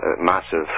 massive